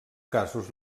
casos